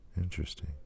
Interesting